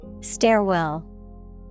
Stairwell